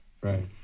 Right